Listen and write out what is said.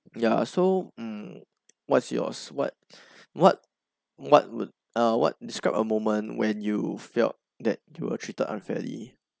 yeah so mm what's your what what what would err what describe a moment when you felt that you were treated unfairly